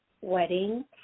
Wedding